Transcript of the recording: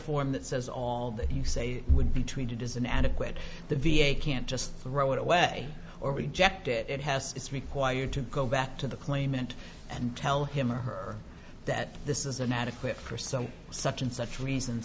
form that says all that you say would be treated as an adequate the v a can't just throw it away or reject it it has it's required to go back to the claimant and tell him or her that this is an adequate for some such and such reasons